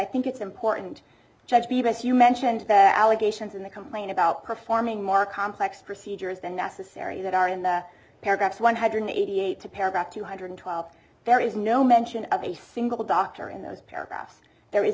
think it's important to judge beavis you mentioned allegations in the complaint about performing more complex procedures than necessary that are in the paragraphs one hundred eighty eight to paragraph two hundred twelve there is no mention of a single doctor in those paragraphs there is